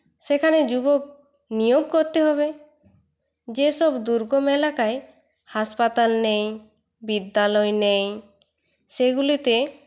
সেখানে যুবক নিয়োগ করতে হবে যেসব দুর্গম এলাকায় হাসপাতাল নেই বিদ্যালয় নেই সেগুলিতে